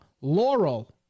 laurel